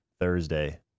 Thursday